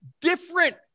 different